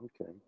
Okay